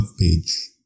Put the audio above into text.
page